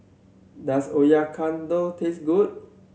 does Oyakodon taste good